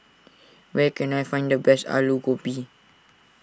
where can I find the best Alu Gobi